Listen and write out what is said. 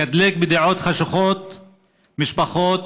לקטלג בדעות חשוכות משפחות,